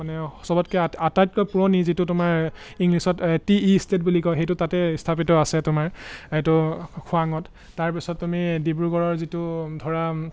মানে চবতকৈ আটাইতকৈ পুৰণি যিটো তোমাৰ ইংলিছত টি ষ্টেট বুলি কয় সেইটো তাতে স্থাপিত আছে তোমাৰ এইটো খোৱাঙত তাৰপিছত তুমি ডিব্ৰুগড়ৰ যিটো ধৰা